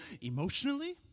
emotionally